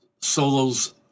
solos